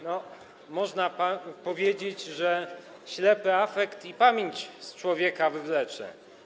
No, można powiedzieć, że ślepy afekt i pamięć z człowieka wywlecze.